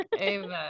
Amen